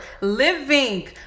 living